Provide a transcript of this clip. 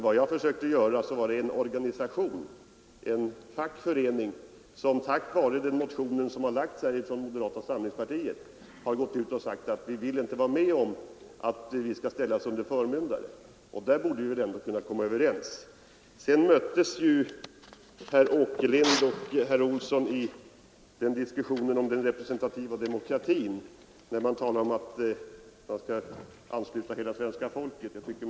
Vad jag försökte göra var att visa på en organisation, en fackförening, som på grund av den motion som väckts från moderata samlingspartiet förklarat att man inte vill vara med om att ställas under förmyndare. Där borde vi väl ändå komma överens. Sedan möttes ju herr Åkerlind och herr Olsson i diskussionen om den representativa demokratin, när de talade om att man skulle kunna ansluta hela svenska folket till socialdemokratin.